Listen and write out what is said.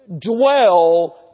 Dwell